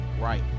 right